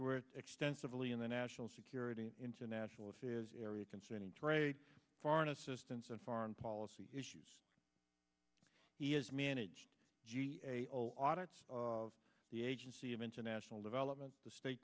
worth extensively in the national security international affairs area concerning trade foreign assistance and foreign policy issues he has managed audits of the agency event national development the state